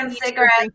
cigarettes